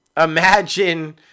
Imagine